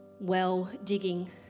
Well-digging